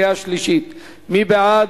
מי בעד?